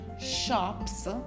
shops